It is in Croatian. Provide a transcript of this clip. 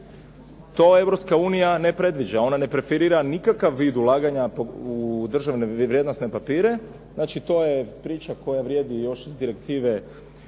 to Europska unija ne predviđa, ona ne preferira nikakav vid ulaganja u državne vrijednosne papire. Znači to je priča koja vrijedi još iz direktive